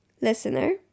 listener